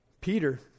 Peter